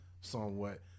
somewhat